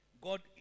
God